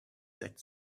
that